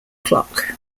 clock